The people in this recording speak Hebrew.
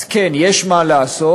אז כן, יש מה לעשות,